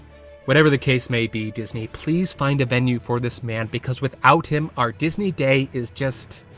whatever the case may be, disney. please find a venue for this man, because without him, our disney day is just,